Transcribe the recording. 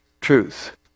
truth